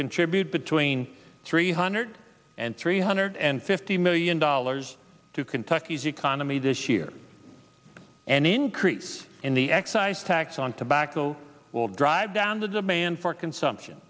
contribute between three hundred and three hundred and fifty million dollars to kentucky these economy this year an increase in the excise tax on tobacco will drive down the demand for consumption